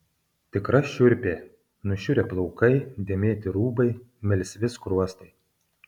tikra šiurpė nušiurę plaukai dėmėti rūbai melsvi skruostai